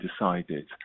decided